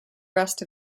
rest